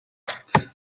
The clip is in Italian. art